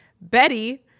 Betty